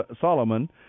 Solomon